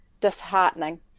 disheartening